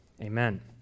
Amen